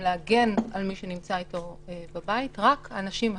רק האנשים אלה,